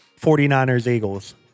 49ers-Eagles